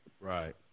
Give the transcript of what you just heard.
Right